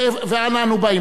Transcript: ואנה אנו באים?